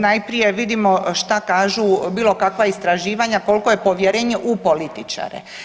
Najprije vidimo šta kažu bilo kakva istraživanja, koliko je povjerenje u političare.